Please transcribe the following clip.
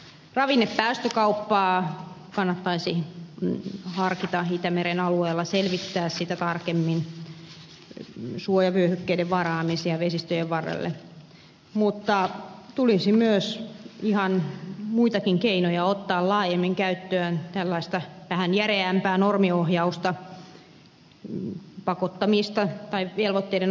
ravinnepäästökauppaa kannattaisi harkita itämeren alueella selvittää sitä tarkemmin suojavyöhykkeiden varaamisia vesistöjen varrelle mutta tulisi myös ihan muitakin keinoja ottaa laajemmin käyttöön tällaista vähän järeämpää normiohjausta pakottamista tai velvoitteiden asettamista